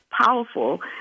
powerful